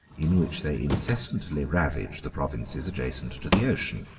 in which they incessantly ravaged the provinces adjacent to the ocean.